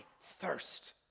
thirst